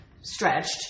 stretched